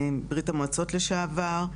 ברית המועצות לשעבר.